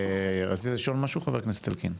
רצית לשאול משהו חבר הכנסת אלקין?